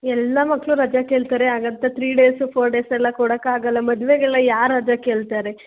ಎಲ್ಲ ಮಕ್ಕಳು ರಜಾ ಕೇಳ್ತಾರೆ ಹಾಗಂತ ತ್ರೀ ಡೇಸು ಫೋರ್ ಡೇಸ್ ಎಲ್ಲ ಕೊಡೋಕಾಗಲ್ಲ ಮದುವೆಗೆಲ್ಲ ಯಾರು ರಜೆ ಕೇಳ್ತಾರೆ